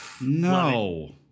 no